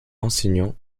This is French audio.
enseignant